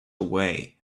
away